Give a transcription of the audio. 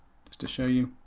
just to show you,